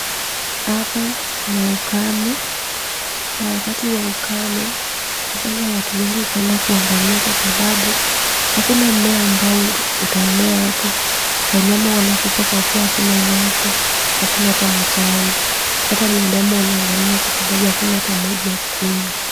Hapa kuna ukame, na wakati wa ukame hufanya watu wengi sana kuangamia kwasababu, hakuna mmea amba utamea hapo. Wanyama wanakufa kwa kuwa hakuna nyasi, hakuna hata matawi. Hata binadamu wana angamia kwasababu hakuna hata maji ya kukunywa.